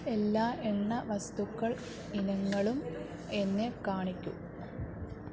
എല്ലാ എണ്ണ വസ്തുക്കൾ ഇനങ്ങളും എന്നെ കാണിക്കൂ